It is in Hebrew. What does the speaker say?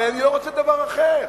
הרי אני לא רוצה דבר אחר,